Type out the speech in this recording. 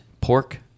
pork